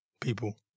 people